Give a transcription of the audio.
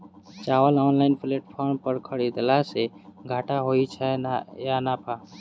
चावल online platform पर खरीदलासे घाटा होइ छै या नफा?